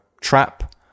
trap